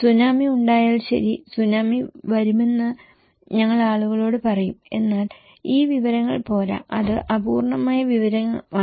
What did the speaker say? tsunami ഉണ്ടായാൽ ശരി tsunami വരുമെന്ന് ഞങ്ങൾ ആളുകളോട് പറയും എന്നാൽ ഈ വിവരങ്ങൾ പോരാ അത് അപൂർണ്ണമായ വിവരമാണ്